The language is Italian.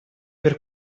per